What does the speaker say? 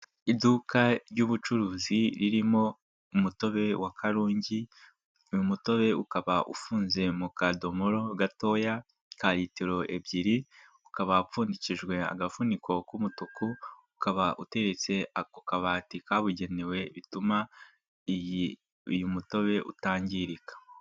Iduka ry'ubucuruzi ririmo umutobe wa Karungi, uyu mutobe ukaba ufunze mu kadomoro gatoya ka litiro ebyiri, ukaba wapfundikijwe agafuniko k'umutuku, ukaba uteretse ku kabati kabugenewe bituma uyu mutobe utangirika.